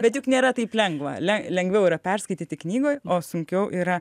bet juk nėra taip lengvaleng lengviau yra perskaityti knygoj o sunkiau yra